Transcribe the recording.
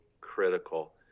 critical